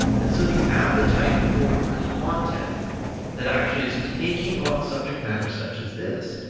and so the appetite for content that actually is taking on subject matters such as this,